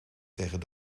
tegen